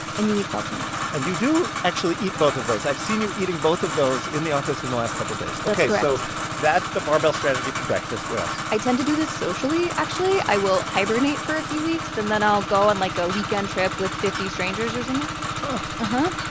and you eat saltines and you do actually eat both of those. i've seen you eating both of those in the office in the last couple days ok, so that's the barbell strategy for breakfast. what else? i tend to do this socially, actually. i will hibernate for a few weeks, and then i'll go on, like, a weekend trip with fifty strangers or something huh.